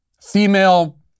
female